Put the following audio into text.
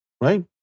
right